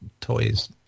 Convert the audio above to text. toys